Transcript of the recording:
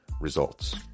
results